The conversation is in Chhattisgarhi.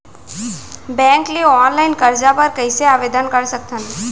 बैंक ले ऑनलाइन करजा बर कइसे आवेदन कर सकथन?